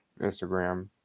Instagram